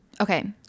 okay